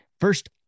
First